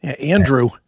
Andrew